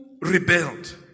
rebelled